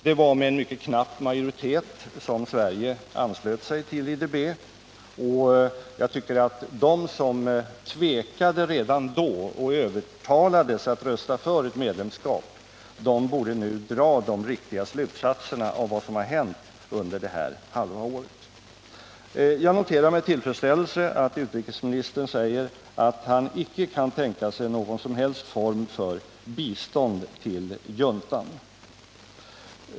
Det var med en mycket knapp majoritet som Sverige bestämde sig för anslutning till IDB, och jag tycker att de som tvekade redan då och övertalades att rösta för ett medlemskap nu Nr 50 borde dra de riktiga slutsatserna av vad som hänt under det gångna halvåret. Jag noterar med tillfredsställelse att utrikesministern säger att han icke kan tänka sig någon som helst form av bistånd till juntan.